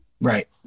Right